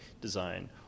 design